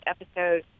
episode